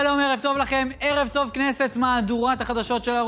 אדוני היושב-ראש, חבריי חברי הכנסת, גברתי השרה,